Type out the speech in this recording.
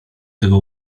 tego